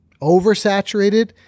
oversaturated